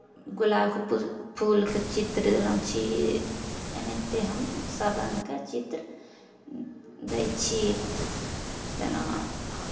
गुलाबके पुल फूलके चित्र देलहुँ छी एनाहिते हमसभ रङ्गके चित्र दै छी तेना